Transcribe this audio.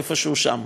איפשהו שם,